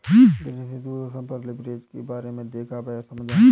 दिनेश ने दूरदर्शन पर लिवरेज के बारे में देखा वह समझा